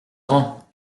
rend